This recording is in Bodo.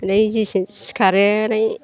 ओरै जेसे सिखारो ओरै